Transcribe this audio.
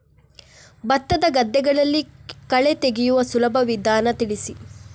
ಭತ್ತದ ಗದ್ದೆಗಳಲ್ಲಿ ಕಳೆ ತೆಗೆಯುವ ಸುಲಭ ವಿಧಾನ ತಿಳಿಸಿ?